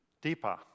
deeper